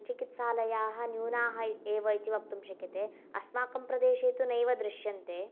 चिकित्सालयाः न्यूनाः एव इति वक्तुं शक्यते अस्माकं प्रदेशे तु नैव दृश्यन्ते